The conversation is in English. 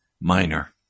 minor